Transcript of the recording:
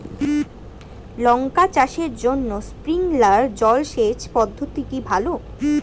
লঙ্কা চাষের জন্য স্প্রিংলার জল সেচ পদ্ধতি কি ভালো?